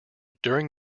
during